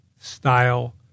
style